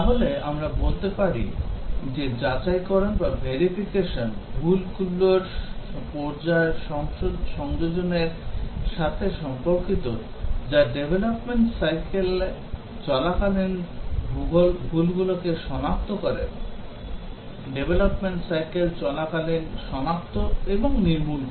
তাহলে আমরা বলতে পারি যে যাচাইকরণ ভুলগুলোর পর্যায় সংযোজনের সাথে সম্পর্কিত যা development cycle চলাকালীন ভুলগুলোকে সনাক্ত করে development cycle চলাকালীন সনাক্ত এবং নির্মূল করে